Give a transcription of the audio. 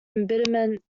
embittered